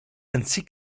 ainsi